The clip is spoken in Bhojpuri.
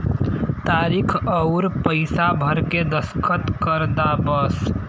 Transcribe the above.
तारीक अउर पइसा भर के दस्खत कर दा बस